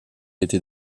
été